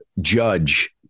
Judge